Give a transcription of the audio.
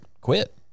quit